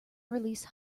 release